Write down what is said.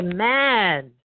Amen